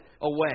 away